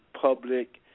public